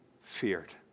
feared